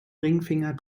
ringfinger